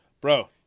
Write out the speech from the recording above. Bro